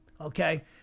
okay